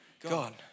God